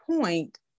point